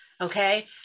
Okay